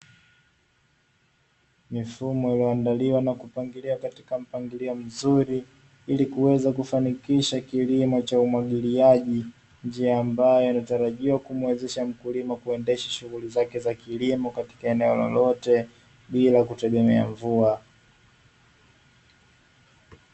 Mifumo iliyoandaliwa na kupangiliwa katika mpangilio mzuri, ili kuweza kufanikisha kilimo cha umwagiliaji, njia ambayo inatarajiwa kumwezesha mkulima kuendesha shughuli zake za kilimo katika eneo lolote, bila kutegemea mvua.